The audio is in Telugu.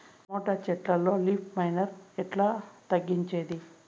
టమోటా చెట్లల్లో లీఫ్ మైనర్ ఎట్లా తగ్గించేది?